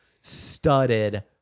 studded